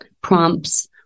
prompts